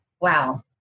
Wow